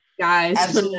guys